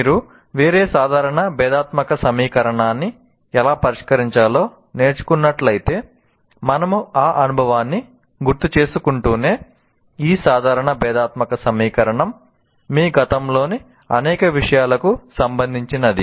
మీరు వేరే సాధారణ భేధాత్మక సమీకరణాన్ని ఎలా పరిష్కరించాలో నేర్చుకున్నట్లయితే మనము ఆ అనుభవాన్ని గుర్తుచేసుకుంటూనే ఈ సాధారణ భేధాత్మక సమీకరణం మీ గతంలోని అనేక విషయాలకు సంబంధించినది